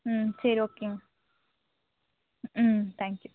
ம் சரி ஓகேங்க ம் தேங்க் யூ